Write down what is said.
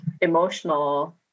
emotional